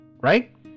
right